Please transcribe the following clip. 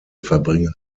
verbringen